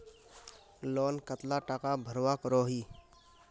Loan कतला टाका भरवा करोही?